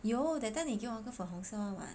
no that time 你给我那个粉红色 [one] [what]